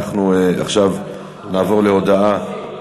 אנחנו עכשיו נעבור להודעה, רגע,